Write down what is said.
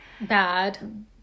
bad